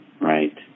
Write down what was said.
Right